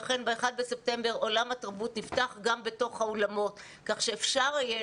אכן ב-1 בספטמבר עולם התרבות נפתח גם בתוך האולמות כך שאפשר יהיה